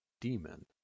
demon